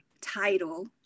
title